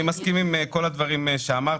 אני מסכים עם כל הדברים שאמרת,